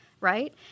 right